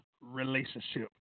relationship